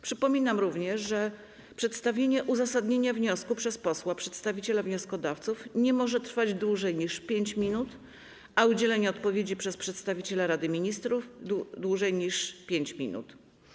Przypominam również, że przedstawienie uzasadnienia wniosku przez posła przedstawiciela wnioskodawców nie może trwać dłużej niż 5 minut, a udzielenie odpowiedzi przez przedstawiciela Rady Ministrów - dłużej niż 5 minut.